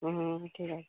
ও ঠিক আছে